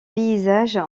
paysages